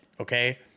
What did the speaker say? okay